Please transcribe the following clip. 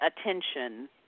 attention